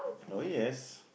oh yes